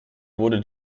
wurde